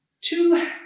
Two